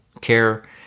care